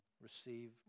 receive